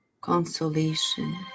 consolation